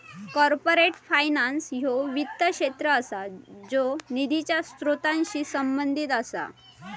corporate finance ह्यो वित्त क्षेत्र असा ज्यो निधीच्या स्त्रोतांशी संबंधित असा